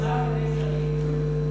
שמונה סגני שרים?